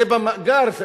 זה במאגר,